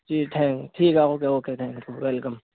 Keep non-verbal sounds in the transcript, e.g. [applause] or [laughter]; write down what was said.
جی thank ٹھیک ہے [unintelligible] okay okay thank you welcome